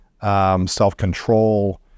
self-control